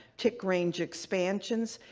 tick range expansions,